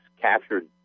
captured